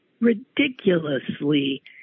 ridiculously